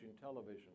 television